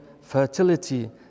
fertility